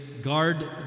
Guard